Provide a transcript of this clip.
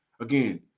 Again